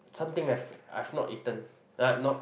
something I've I've not eaten there're nope